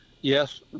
Yes